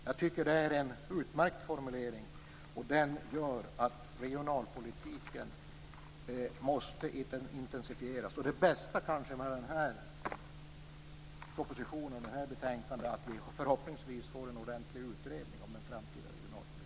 Jag tycker att detta är en utmärkt formulering, som innebär att regionalpolitiken måste intensifieras. Det bästa med propositionen och betänkandet är kanske att vi förhoppningsvis får en ordentlig utredning om den framtida regionalpolitiken.